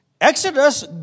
Exodus